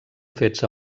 fets